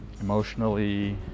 Emotionally